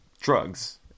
drugs